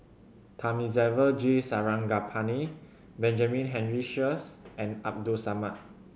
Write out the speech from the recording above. Thamizhavel G Sarangapani Benjamin Henry Sheares and Abdul Samad